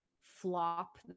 flop